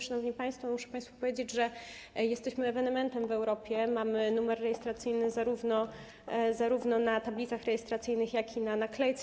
Szanowni państwo, muszę państwu powiedzieć, że jesteśmy ewenementem w Europie: mamy numer rejestracyjny zarówno na tablicach rejestracyjnych, jak i na naklejce.